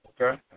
Okay